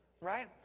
right